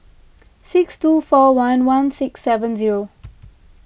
six two four one one six seven zero